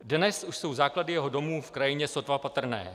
Dnes už jsou základy jeho domů v krajině sotva patrné.